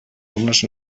alumnes